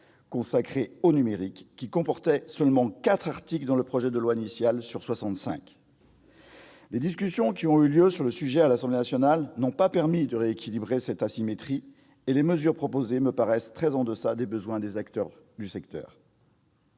consacrée au numérique, qui comportait seulement quatre articles dans le projet de loi initial, sur soixante-cinq. Les discussions qui ont eu lieu sur le sujet à l'Assemblée nationale n'ont pas permis de rééquilibrer cette asymétrie, et les mesures proposées me paraissent très en deçà des besoins des acteurs du secteur.